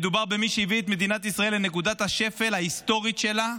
מדובר במי שהביא את מדינת ישראל לנקודת השפל ההיסטורית שלה.